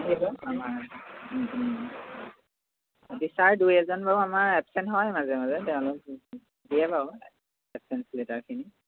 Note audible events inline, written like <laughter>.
<unintelligible> আমাৰ <unintelligible> ছাৰ দুই এজন বাৰু আমাৰ এবচেণ্ট হয় মাজে মাজে তেওঁলোক দিয়ে বাৰু এবচেন্ট লেটাৰখিনি